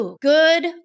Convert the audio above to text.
Good